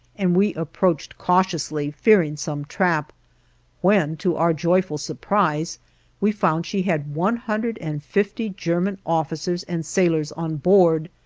and we approached cautiously, fearing some trap when to our joyful surprise we found she had one hundred and fifty german officers and sailors on board.